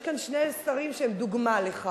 יש כאן שני שרים שהם דוגמה לכך.